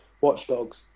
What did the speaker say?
Watchdogs